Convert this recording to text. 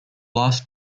last